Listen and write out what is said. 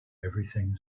everything